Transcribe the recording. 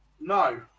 No